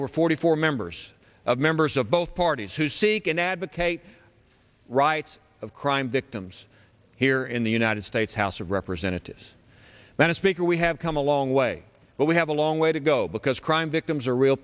over forty four members of members of both parties who seek and advocate rights of crime victims here in the united states house of representatives been a speaker we have come a long way but we have a long way to go because crime victims are real